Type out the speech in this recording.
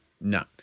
No